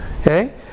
okay